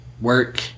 work